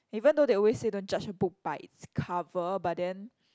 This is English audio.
even though they always say don't judge a book by its cover but then